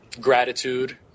gratitude